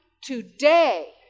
today